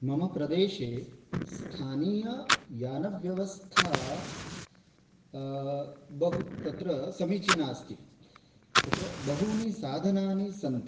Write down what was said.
मम प्रदेशे स्थानीययानव्यवस्था बहु तत्र समीचीना अस्ति तत्र बहूनि साधनानि सन्ति